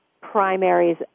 primaries